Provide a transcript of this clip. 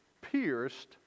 pierced